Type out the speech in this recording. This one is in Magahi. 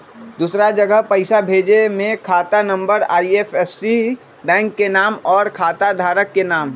दूसरा जगह पईसा भेजे में खाता नं, आई.एफ.एस.सी, बैंक के नाम, और खाता धारक के नाम?